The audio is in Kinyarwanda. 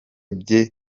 bye